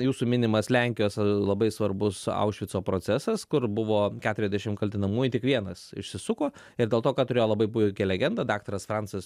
jūsų minimas lenkijos labai svarbus aušvico procesas kur buvo keturiasdešim kaltinamųjų tik vienas išsisuko ir dėl to kad turėjo labai puikią legendą daktaras francas